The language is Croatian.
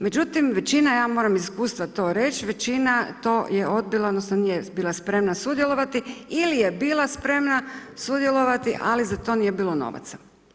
Međutim većina, ja moram iz iskustva to reći, većina to je odbila odnosno nije bila spremna sudjelovati ili je bila spremna sudjelovati, ali za to nije bilo novaca.